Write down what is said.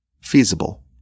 feasible